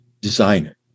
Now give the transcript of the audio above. designer